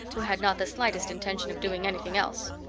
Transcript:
who had not the slightest intention of doing anything else.